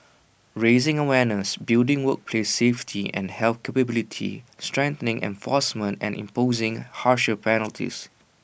raising awareness building workplace safety and health capability strengthening enforcement and imposing harsher penalties